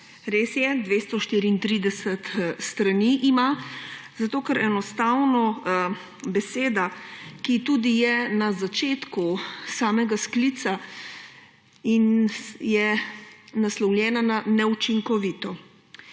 res je, 234 strani ima, zato ker enostavno beseda, ki tudi je na začetku samega sklica in je naslovljena na »neučinkovito«